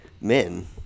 men